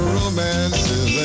romances